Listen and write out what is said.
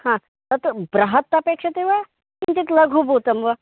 ह तत् बृहत् अपेक्ष्यते वा किञ्चित् लघुभूतं वा